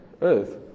earth